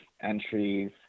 entries